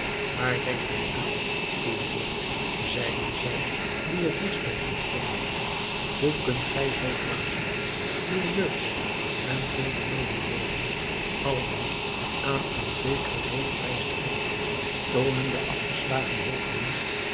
waar denkt gij aan goede heer zeiden zij die het digtst bij hem stonden hoe kunt gij zoo dwaas zijn uw jeugdig en veelbelovend leven aldus aan een zekeren dood prijs te geven toonen de afgeslagen hoofden